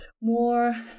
more